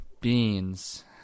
beans